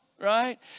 Right